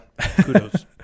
Kudos